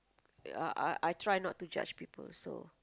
I I I try not to judge people so